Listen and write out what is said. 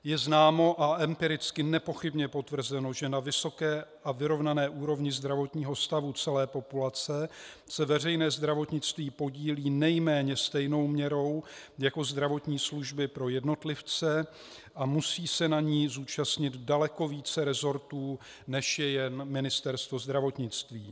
Je známo a empiricky nepochybně potvrzeno, že na vysoké a vyrovnané úrovni zdravotního stavu celé populace se veřejné zdravotnictví podílí nejméně stejnou měrou jako zdravotní služby pro jednotlivce a musí se na ní zúčastnit daleko více resortů než jen Ministerstvo zdravotnictví.